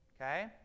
okay